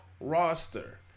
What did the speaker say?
roster